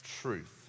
truth